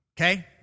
Okay